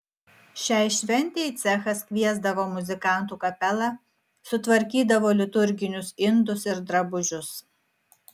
šiai šventei cechas kviesdavo muzikantų kapelą sutvarkydavo liturginius indus ir drabužius